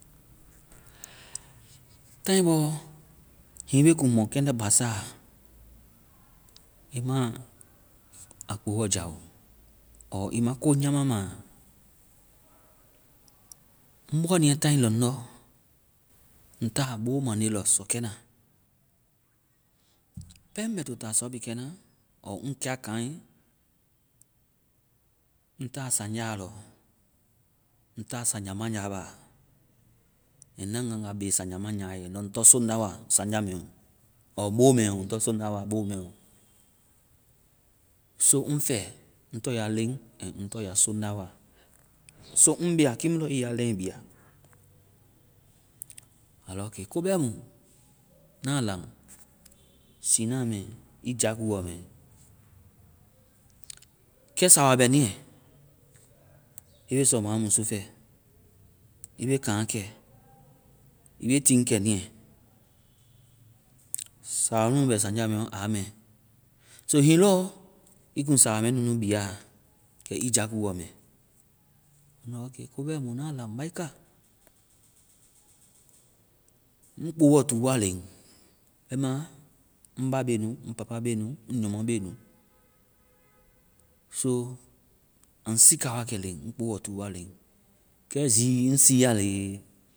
Táai bɔɔ, hiŋi ii be kuŋ mɔkɛndɛ basa, ii ma a kpoɔ jao. ɔɔ ii ma ko nyama ma. Ŋ bɔa niiɛ táai lɔŋdɔ. Ŋ ta bo mande lɔ sɔkɛna. Pɛŋ mɛ to ta sɔ bi kɛna, ɔɔ ŋ kea kaŋ. Ŋ ta saŋja lɔ. Ŋ ta saŋja manja ba. Kɛ na ŋ ngana be saŋja manja ye. Nɔ ŋ tɔŋ soŋda wa saŋja mɛ ɔ. ɔɔ bɔ mɛ ɔ. Ŋ tɔŋ soŋda wa bo mɛ ɔ. so ŋ fɛ. Ŋ tɔŋ ya leŋ and ŋ tɔŋ ya soŋda wa. So ŋ bia kiimu lɔ ii ya leŋ bia. Aa lɔ kɛ kobɛ mu. Na laŋ. Siina mɛ. Ii jakuɔ mɛ. Kɛ, sawa bɛ niiɛ. I be sɔ mɔa musu fɛ, ii be kaŋkɛ, ii be tiiŋkɛ niiɛ. Sawa munu bɛ saŋja mɛ ɔ, a mɛ. So hiŋi lɔ ii kuŋ sawa mɛ nunu bia, ii jakuɔ mɛ. Ndɔ okay. Ŋna laŋ, baika. Ŋ kpoɔtu wa leŋ. Bɛma ŋ ba be nu, ŋ papa be nu, ŋ nyɔmɔ be nu. So aŋ siika wakɛ leŋ. Ŋ kpoɔ tuu wa leŋ. Kɛ zii, ŋ siia leŋ